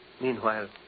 Meanwhile